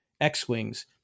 X-Wings